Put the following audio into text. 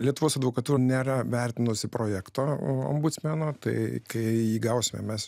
lietuvos advokatūra nėra vertinusi projekto ombudsmeno tai kai jį gausime mes